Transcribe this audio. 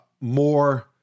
more